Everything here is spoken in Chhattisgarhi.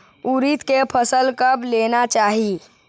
उरीद के फसल कब लेना चाही?